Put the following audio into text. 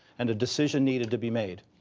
and a decision needed to be made.